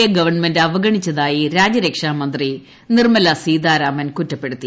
A government അവഗണിച്ചതായി രാജ്യരക്ഷാ മന്ത്രി നിർമലാ സീതാരാമൻ കുറ്റപ്പെടുത്തി